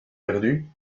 perdu